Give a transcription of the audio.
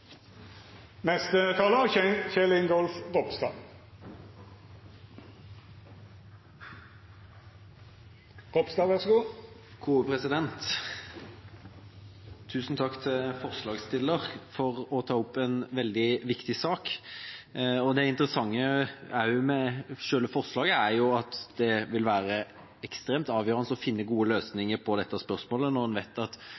Tusen takk til forslagsstilleren for å ta opp en veldig viktig sak. Det interessante med selve forslaget er jo at det vil være ekstremt avgjørende å finne gode løsninger på dette spørsmålet når en vet at